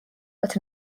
but